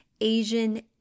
Asian